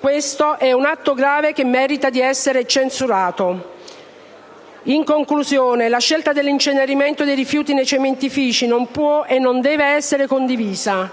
Questo è un atto grave, che merita di essere censurato. In conclusione, la scelta dell'incenerimento dei rifiuti nei cementifici non può e non deve essere condivisa,